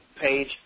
page